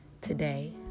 Today